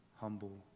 humble